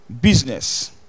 business